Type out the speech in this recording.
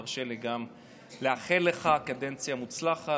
ותרשה לי גם לאחל לך קדנציה מוצלחת